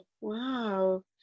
wow